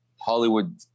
Hollywood